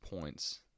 points